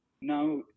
Now